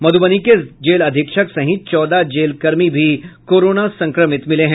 मध्बनी के जेल अधीक्षक सहित चौदह जेल कर्मी भी कोरोना संक्रमित मिले हैं